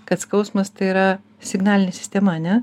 kad skausmas tai yra signalinė sistema ane